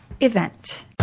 event